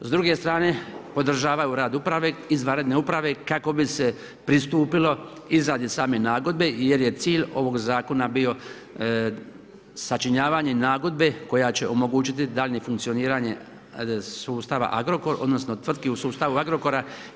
S druge strane podržavaju rad uprave, izvanredne uprave kako bi se pristupilo izrade same nagodbe jer je cilj ovog zakona bio sačinjavanje nagodbe koja će omogućiti daljnje funkcioniranje sustava Agrokor, odnosno tvrtki u sustavu Agrokora.